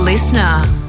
Listener